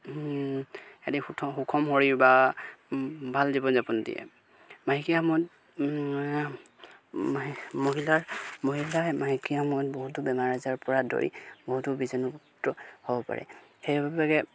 এনে সুখ সুখম শৰীৰ বা ভাল জীৱন যাপন দিয়ে মাহেকীয়া সময়ত মহিলাৰ মহিলাই মাহেকীয়া সময়ত বহুতো বেমাৰ আজাৰ পৰা ধৰি বহুতো বীজাণু মুক্ত হ'ব পাৰে সেইবাবে